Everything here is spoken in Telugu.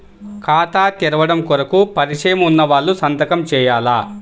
ఖాతా తెరవడం కొరకు పరిచయము వున్నవాళ్లు సంతకము చేయాలా?